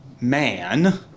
man